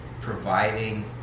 providing